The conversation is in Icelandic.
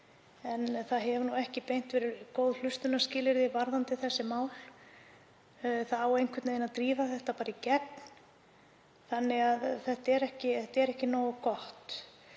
En það hafa ekki beint verið góð hlustunarskilyrði varðandi þessi mál. Það á einhvern veginn að drífa þetta mál bara í gegn en þetta er ekki nógu gott.